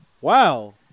Wow